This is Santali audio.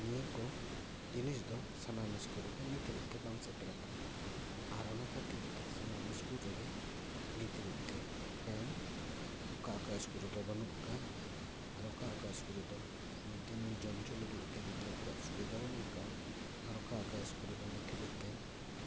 ᱱᱤᱭᱟᱹ ᱠᱚ ᱡᱤᱱᱤᱥ ᱫᱚ ᱥᱟᱱᱟᱢ ᱥᱠᱩᱞ ᱨᱮᱫᱚ ᱱᱤᱛ ᱦᱟᱹᱵᱤᱡᱛᱮ ᱵᱟᱝ ᱥᱮᱴᱮᱨ ᱟᱠᱟᱱᱟ ᱟᱨ ᱚᱱᱟ ᱠᱷᱟᱟᱹᱛᱤᱨ ᱛᱮ ᱥᱟᱱᱟᱢ ᱥᱠᱩᱞ ᱨᱮᱜᱮ ᱱᱤᱛ ᱦᱟᱹᱵᱤᱡ ᱛᱮ ᱯᱷᱮᱱ ᱚᱠᱟ ᱚᱠᱟ ᱤᱥᱠᱩᱞ ᱨᱮᱫᱚ ᱵᱟᱹᱱᱩᱜ ᱟᱠᱟᱜᱼᱟ ᱟᱨ ᱚᱠᱟ ᱚᱠᱟ ᱥᱠᱩᱞ ᱨᱮᱫᱚ ᱢᱤᱰᱼᱰᱮᱼᱢᱤᱞ ᱡᱚᱢ ᱦᱚᱪᱚ ᱞᱟᱹᱜᱤᱫᱛᱮ ᱜᱤᱫᱽᱨᱟᱹ ᱠᱚᱣᱟᱜ ᱥᱩᱵᱤᱫᱟ ᱵᱟᱹᱱᱩᱜ ᱟᱠᱟᱜᱼᱟ ᱟᱨ ᱚᱠᱟ ᱚᱠᱟ ᱥᱠᱩᱞ ᱨᱮᱫᱚ ᱱᱤᱛ ᱦᱟᱹᱵᱤᱡ ᱛᱮ